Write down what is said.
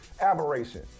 aberration